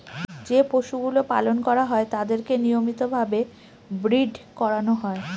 যে পশুগুলো পালন করা হয় তাদেরকে নিয়মিত ভাবে ব্রীড করানো হয়